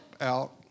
out